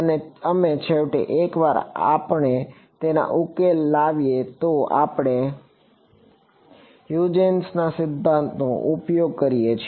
અને અમે છેવટે એકવાર આપણે તેના માટે ઉકેલ લાવીએ તો આપણે હ્યુજેન્સ સિદ્ધાંતનો યોગ્ય ઉપયોગ કરીએ છીએ